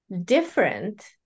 different